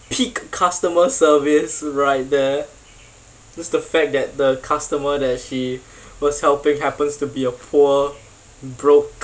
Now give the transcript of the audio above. peak customer service right there just the fact that the customer that she was helping happens to be a poor broke